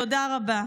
תודה רבה.